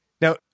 Now